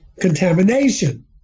contamination